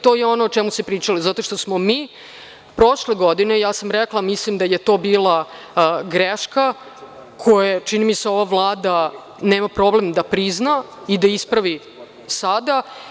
To je ono o čemu se pričalo, jer smo mi prošle godine, ja sam rekla, mislim da je to bila greška koju ova Vlada, čini mi se, nema problem da prizna i da ispravi sada.